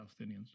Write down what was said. palestinians